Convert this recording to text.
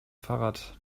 fahrrad